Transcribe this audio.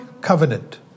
covenant